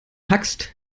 hackst